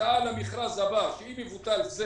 שהצעה למכרז הבא אם יבוטל זה